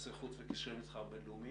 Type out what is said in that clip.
יחסי חוץ וקשרי מסחר בין-לאומיים.